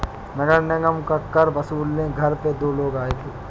नगर निगम का कर वसूलने घर पे दो लोग आए थे